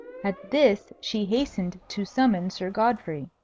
at this she hastened to summon sir godfrey.